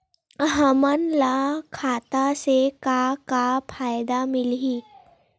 हमन ला खाता से का का फ़ायदा मिलही?